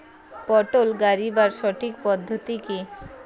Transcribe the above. পটল গারিবার সঠিক পদ্ধতি কি?